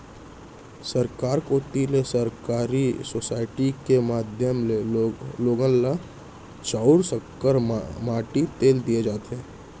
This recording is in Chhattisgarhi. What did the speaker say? सरकार कोती ले सहकारी सोसाइटी के माध्यम ले लोगन ल चाँउर, सक्कर, माटी तेल दिये जाथे